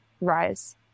Rise